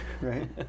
Right